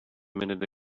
minute